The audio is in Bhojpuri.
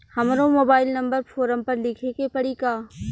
हमरो मोबाइल नंबर फ़ोरम पर लिखे के पड़ी का?